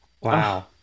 Wow